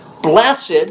blessed